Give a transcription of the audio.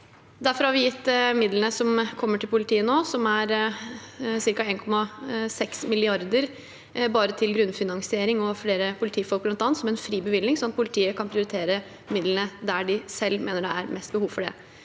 Derfor har vi gitt midlene som kommer til politiet nå – ca. 1,6 mrd. kr bare til grunnfinansiering og bl.a. flere politifolk – som en fri bevilgning, sånn at politiet kan prioritere midlene der de selv mener det er mest behov for det.